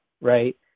right